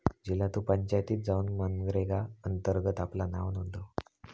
झिला तु पंचायतीत जाउन मनरेगा अंतर्गत आपला नाव नोंदव